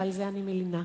ועל זה אני מלינה.